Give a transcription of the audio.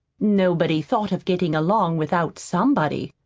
nobody thought of getting along without somebody,